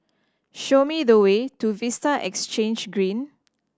show me the way to Vista Exhange Green